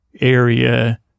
area